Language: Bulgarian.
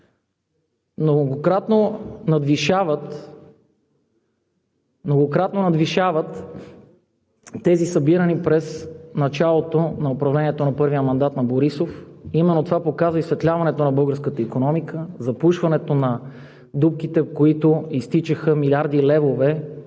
многократно надвишават тези събирани през началото на управлението на първия мандат на Борисов. Именно това показа изсветляването на българската икономика, запушването на дупките, в които изтичаха милиарди левове,